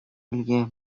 элге